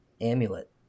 amulet